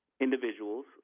individuals